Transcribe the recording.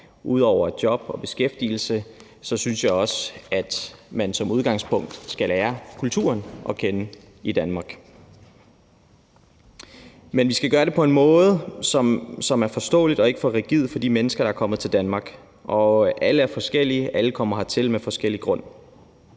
komme i job og beskæftigelse synes jeg også at man som udgangspunkt skal lære kulturen i Danmark at kende. Men vi skal gøre det på en måde, som er forståelig og ikke for rigid for de mennesker, der er kommet til Danmark; alle er forskellige, alle kommer hertil af forskellige grunde.